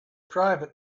private